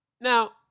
now